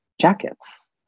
jackets